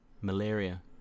Malaria